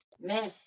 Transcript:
Miss